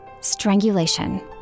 Strangulation